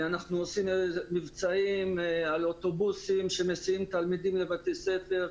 אנחנו עושים מבצעים על אוטובוסים שמסיעים תלמידים לבתי ספר,